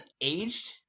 aged